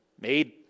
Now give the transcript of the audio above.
made